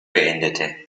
beendete